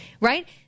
Right